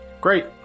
Great